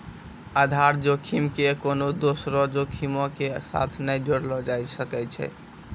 आधार जोखिम के कोनो दोसरो जोखिमो के साथ नै जोड़लो जाय सकै छै